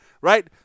Right